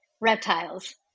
reptiles